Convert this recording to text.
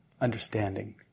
understanding